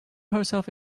herself